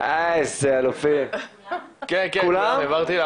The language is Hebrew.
שכבה י"א', מקבוצת עמיתים.